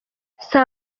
saa